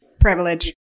Privilege